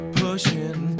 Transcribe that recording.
pushing